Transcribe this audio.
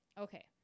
Okay